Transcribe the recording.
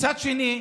מצד שני,